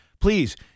Please